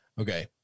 okay